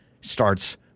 starts